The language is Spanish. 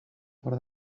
por